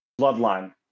Bloodline